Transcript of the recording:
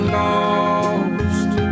lost